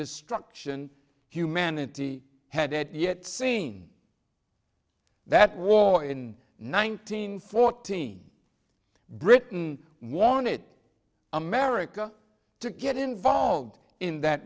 destruction humanity hadn't yet seen that war in nineteen fourteen britain warn it america to get involved in that